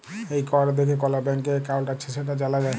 এই কড দ্যাইখে কল ব্যাংকে একাউল্ট আছে সেট জালা যায়